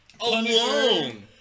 Alone